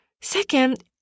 Second